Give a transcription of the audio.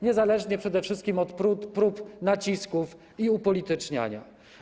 Niezależnie przede wszystkim od prób nacisków i upolityczniania.